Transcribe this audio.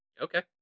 Okay